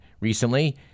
recently